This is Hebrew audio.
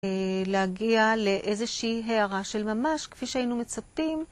להגיע לאיזושהי הערה של ממש, כפי שהיינו מצפים.